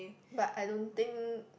but I don't think